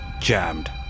jammed